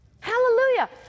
Hallelujah